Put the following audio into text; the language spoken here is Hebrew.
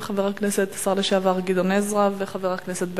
חבר הכנסת השר לשעבר גדעון עזרא וחבר הכנסת בן-ארי.